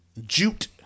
Jute